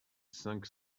cinq